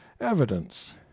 evidence